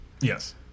Yes